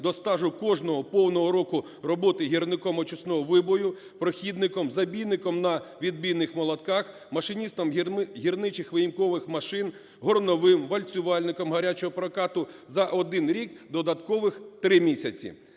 до стажу кожного повного року роботи гірником очисного вибою, прохідником, забійником на відбійних молотках, машиністом гірничих виїмкових машин, горновим, вальцювальником гарячого прокату за один рік додаткових три місяці.